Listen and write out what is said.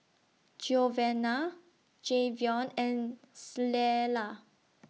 Giovanna Jayvion and Clella